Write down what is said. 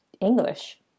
English